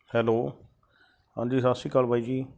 hello ਹਾਂਜੀ ਸਤਿ ਸ਼੍ਰੀ ਅਕਾਲ ਬਾਈ ਜੀ